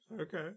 Okay